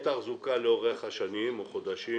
תחזוקה לאורך השנים או החודשים